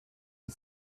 wie